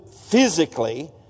physically